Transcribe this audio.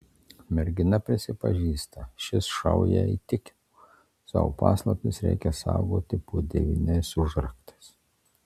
mergina prisipažįsta šis šou ją įtikino savo paslaptis reikia saugoti po devyniais užraktais